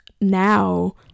now